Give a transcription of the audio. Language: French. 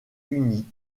unie